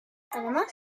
además